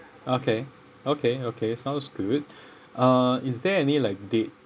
okay okay okay sounds good uh is there any like date